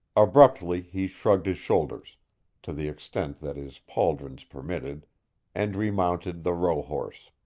abruptly he shrugged his shoulders to the extent that his pauldrons permitted and remounted the rohorse.